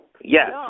Yes